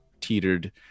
teetered